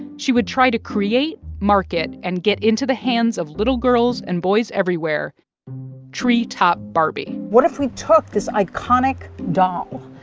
she would try to create, market and get into the hands of little girls and boys everywhere treetop barbie what if we took this iconic doll,